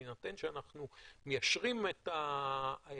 בהינתן שאנחנו מיישרים את העקומה,